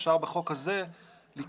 אפשר בחוק הזה לקבוע.